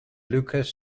lucas